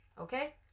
okay